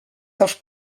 dels